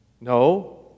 No